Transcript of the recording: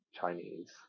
Chinese